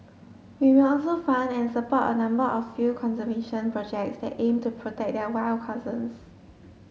we will also fund and support a number of field conservation projects that aim to protect their wild cousins